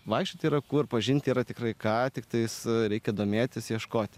vaikščioti yra kur pažinti yra tikrai ką tiktais reikia domėtis ieškoti